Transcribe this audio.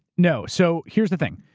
no. so, here's the thing.